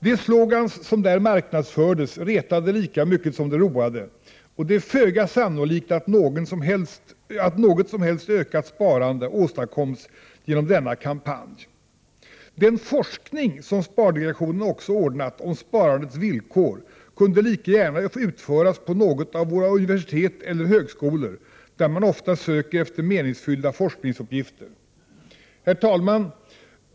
De slogans som där marknadsfördes retade lika mycket som de roade, och det är föga sannolikt att något som helst ökat sparande åstadkoms genom denna kampanj. Den forskning som spardelegationen också ordnat om sparandets villkor kunde lika gärna utföras på något av våra universitet eller vid någon av våra högskolor, där man ofta söker efter meningsfyllda forskningsuppgifter. Herr talman!